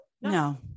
No